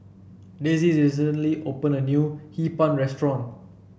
Dezzie recently open a new Hee Pan restaurant